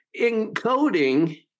Encoding